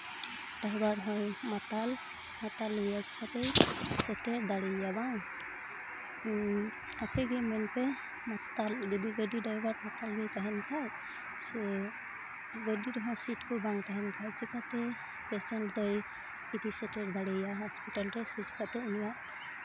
driver ᱦᱚᱭ ᱢᱟᱛᱟᱞ ᱢᱟᱛᱟᱞ ᱜᱮᱭᱟ ᱪᱤᱠᱟᱛᱮᱭ ᱥᱮᱴᱮᱨ ᱫᱟᱲᱮᱭᱟᱭᱟ ᱵᱟᱝ ᱟᱯᱮᱜᱮ ᱢᱮᱱ ᱯᱮ ᱢᱟᱛᱟᱞ ᱡᱚᱫᱤ ᱜᱟᱹᱰᱤ ᱰᱟᱭᱵᱷᱟᱨ ᱢᱟᱛᱟᱞ ᱜᱮᱭ ᱛᱟᱦᱮᱱ ᱠᱷᱟᱡ ᱥᱮ ᱜᱟᱹᱰᱤ ᱨᱮᱦᱚᱸ ᱥᱤᱴ ᱠᱚ ᱵᱟᱝ ᱛᱟᱦᱮᱱ ᱠᱷᱟᱡ ᱪᱤᱠᱟᱛᱮ ᱯᱮᱥᱮᱱᱴ ᱫᱚᱭ ᱤᱫᱤ ᱥᱮᱴᱮᱨ ᱫᱟᱲᱮᱭᱟᱭᱟ ᱦᱚᱥᱯᱤᱴᱟᱞ ᱨᱮ ᱥᱮ ᱪᱤᱠᱟᱛᱮ ᱩᱱᱤᱭᱟᱜ